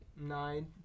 nine